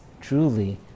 truly